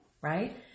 right